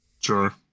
Sure